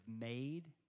made